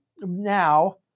Now